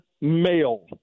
male